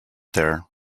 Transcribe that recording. there